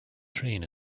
train